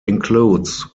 includes